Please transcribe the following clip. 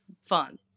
fun